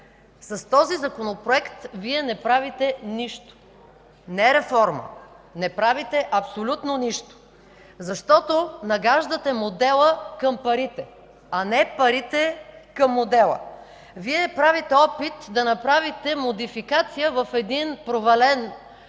С този Законопроект Вие не правите нищо – не реформа, не правите абсолютно нищо! Защото нагаждате модела към парите, а не парите към модела. Вие правите опит да направите модификация на един провален модел,